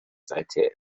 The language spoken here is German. seither